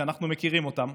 שאנחנו מכירים אותן,